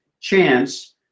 chance